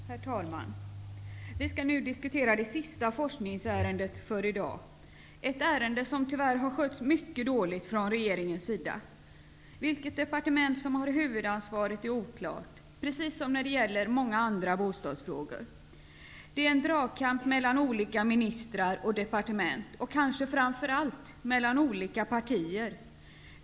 Herr talman! Vi skall nu diskutera det sista forskningsärendet för i dag -- ett ärende som tyvärr har skötts mycket dåligt från regeringens sida. Vilket departement som har huvudansvaret är oklart, precis som när det gäller många andra bostadsfrågor. Det är en dragkamp mellan olika ministrar och departement, och kanske framför allt mellan olika partier.